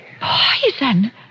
Poison